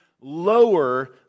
lower